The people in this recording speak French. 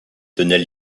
tenait